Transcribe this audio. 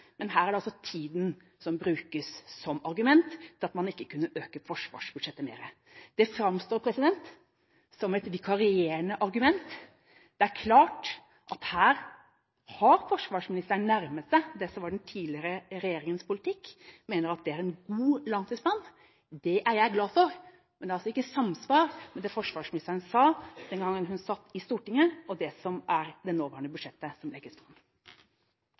men her brukes altså tid som argument for at man ikke kunne øke forsvarsbudsjettet mer. Det framstår som et vikarierende argument. Det er klart at forsvarsministeren her har nærmet seg det som var den tidligere regjeringens politikk. Jeg mener at det er en god langtidsplan. Dette er jeg glad for, men det er ikke samsvar mellom det forsvarsministeren sa den gang hun satt i Stortinget, og det budsjettet som nå legges fram.